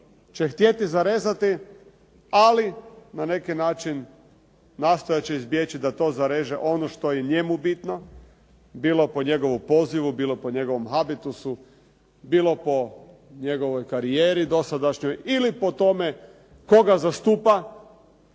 će htjeti zarezati, ali na neki način nastojat će izbjeći da to zareže ono što je njemu bitno, bilo po njegovom pozivu, bilo po njegovom habitusu, bio po njegovoj karijeri dosadašnjoj ili po tome koga zastupa,